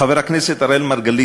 חבר הכנסת אראל מרגלית,